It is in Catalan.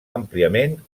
àmpliament